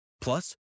Plus